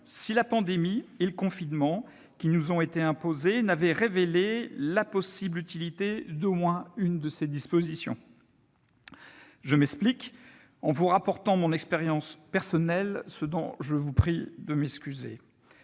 si la pandémie et le confinement qui nous ont été imposés n'avaient révélé la possible utilité d'au moins une disposition de la proposition de loi. Je m'explique en vous rapportant mon expérience personnelle, ce dont je vous prie de m'excuser.